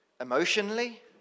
emotionally